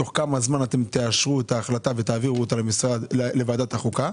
תוך כמה זמן אתם תאשרו את ההחלטה ותעבירו אותה לוועדת החוקה.